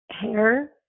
Hair